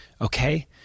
Okay